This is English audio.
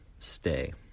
Stay